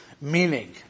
Meaning